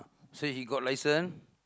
so he got license